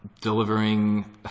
delivering